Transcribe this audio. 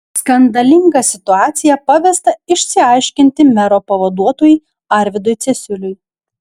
skandalingą situaciją pavesta išsiaiškinti mero pavaduotojui arvydui cesiuliui